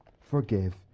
forgive